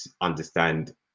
understand